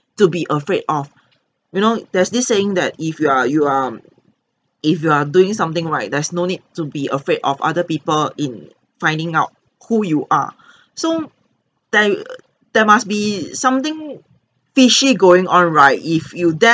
to be afraid of you know there's this saying that if you are you are if you are doing something right there's no need to be afraid of other people in finding out who you are so there there must be something fishy going on right if you